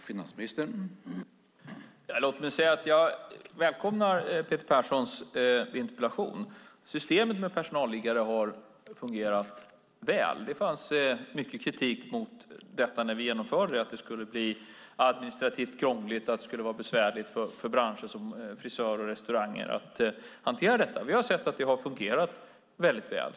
Herr talman! Låt mig säga att jag välkomnar Peter Perssons interpellation. Systemet med personalliggare har fungerat väl. Det fanns mycket kritik mot detta när vi genomförde det. Det skulle bli administrativt krångligt. Det skulle vara besvärligt för branscher som frisörer och restauranger att hantera detta. Vi har sett att det har fungerat väldigt väl.